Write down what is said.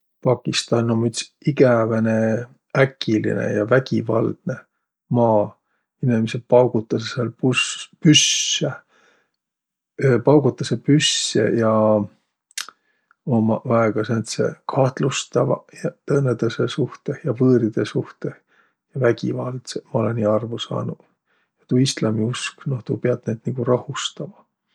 Pakistan um üts igäväne äkiline ja vägivaldnõ maa. Inemiseq paugutasõq sääl puss- püsse. Paugutasõq püsse ja ommaq väega sääntseq kahtlustavaq ja tõõnõtõõsõ suhtõh ja võõridõ suhtõh, ja vägivaldsõq. Ma olõ nii arvo saanuq. Tuu islamiusk, noh, tuu piät näid nigu rahustama.